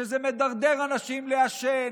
שזה מדרדר אנשים לעשן,